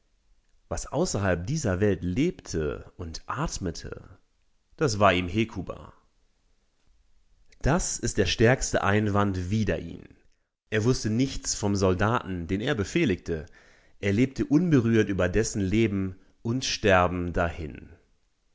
was außerhalb dieser welt lebte und atmete das war ihm hekuba das ist der stärkste einwand wider ihn er wußte nichts vom soldaten den er befehligte er lebte unberührt über dessen leben und sterben dahin